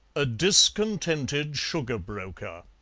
a discontented sugar broker